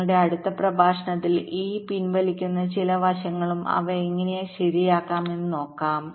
ഞങ്ങളുടെ അടുത്ത പ്രഭാഷണത്തിൽ ഈ പിൻവലിക്കുന്ന ചില വശങ്ങളും അവ എങ്ങനെ ശരിയാക്കാമെന്ന് നോക്കാം